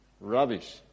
rubbish